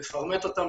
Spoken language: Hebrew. לפרמט אותם,